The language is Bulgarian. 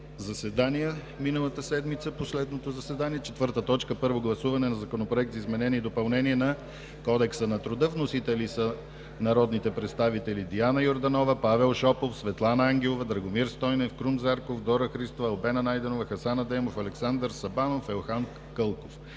заседание миналата седмица, последното заседание. 4. Първо гласуване на Законопроекта за изменение и допълнение на Кодекса на труда. Вносители са: народните представители Диана Йорданова, Павел Шопов, Светлана Ангелова, Драгомир Стойнев, Крум Зарков, Дора Христова, Албена Найденова, Хасан Адемов, Александър Сабанов и Елхан Кълков,